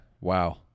wow